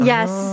Yes